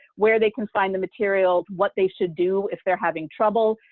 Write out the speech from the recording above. where they can find the materials, what they should do if they're having trouble.